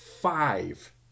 five